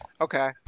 Okay